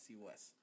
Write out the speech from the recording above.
West